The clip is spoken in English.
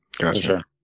Gotcha